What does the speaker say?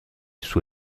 suo